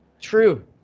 True